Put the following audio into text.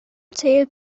zählt